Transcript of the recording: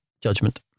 judgment